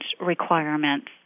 requirements